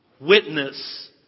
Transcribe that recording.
Witness